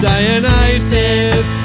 Dionysus